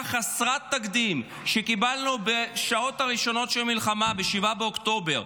חסרת תקדים שקיבלנו בשעות הראשונות של המלחמה ב-7 באוקטובר,